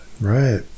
right